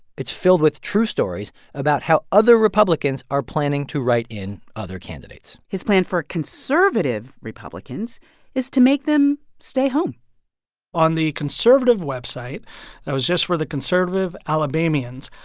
it's filled with true stories about how other republicans are planning to write in other candidates his plan for conservative republicans is to make them stay home on the conservative website that was just for the conservative alabamians,